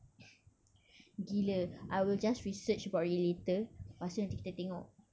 gila I will just research about it later lepas tu nanti kita tengok